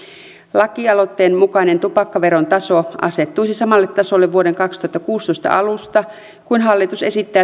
lakialoitteen mukainen tupakkaveron taso asettuisi samalle tasolle vuoden kaksituhattakuusitoista alusta kuin hallitus esittää